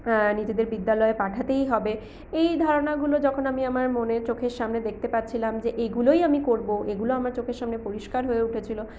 নিজেদের বিদ্যালয়ে পাঠাতেই হবে এই ধারণাগুলো যখন আমি আমার মনে চোখের সামনে দেখতে পাচ্ছিলাম যে এগুলোই আমি করবো এগুলো আমার চোখের সামনে পরিষ্কার হয়ে উঠেছিলো